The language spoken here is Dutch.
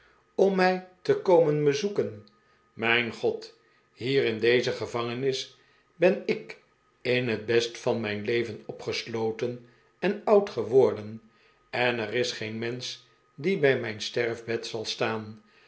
om mij te komen bezoeken mijn god hier in deze gevangenis ben ik in het best van mijn leven opgesloten en oud geworden en er is geen mensch die bij mijn sterfbed zal staan